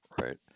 right